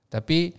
Tapi